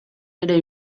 ere